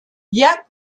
yet